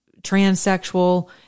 transsexual